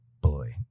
boy